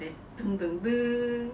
then